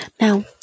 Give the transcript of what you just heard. Now